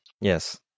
Yes